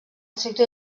sector